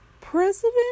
president